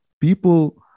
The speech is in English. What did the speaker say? people